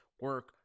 Work